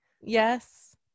yes